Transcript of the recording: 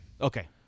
Okay